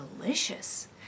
delicious